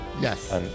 Yes